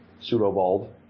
Pseudo-bald